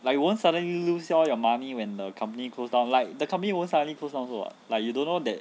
like you won't suddenly you lose your money when the company closed down like the company won't suddenly close down also [what] like you don't know that